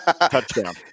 Touchdown